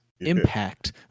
impact